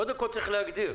קודם כול צריך להגדיר,